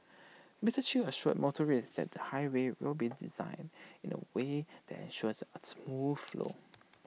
Mister chew assured motorists that the highway will be designed in A way that ensures A smooth flow